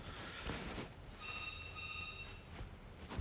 他他想找那种 work from home 的 job